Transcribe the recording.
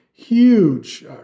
huge